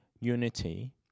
unity